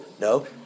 No